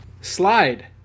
slide